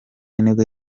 nibwo